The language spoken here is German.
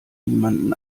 niemanden